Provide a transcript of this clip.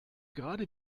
gerade